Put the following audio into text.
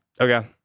Okay